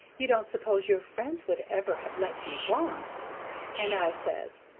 you don't suppose your friends would ever have let you want and i says,